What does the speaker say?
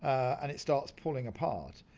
and it starts pulling apart,